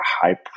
high